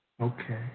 Okay